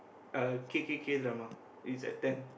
uh K K K drama it's at ten